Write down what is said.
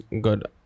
good